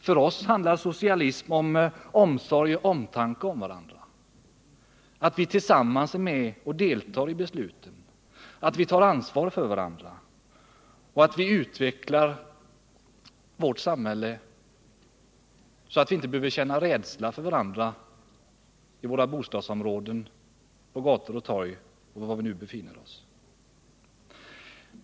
För oss betyder socialism omsorg och omtanke om varandra, att vi tillsammans är med och deltar i besluten, att vi tar ansvar för varandra och att vi utvecklar vårt samhälle så att vi inte behöver känna rädsla för varandra i våra bostadsområden, på gator och torg och var vi nu befinner oss.